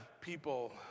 people